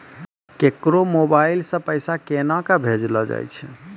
केकरो मोबाइल सऽ पैसा केनक भेजलो जाय छै?